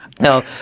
Now